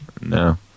No